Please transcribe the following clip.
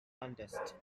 contest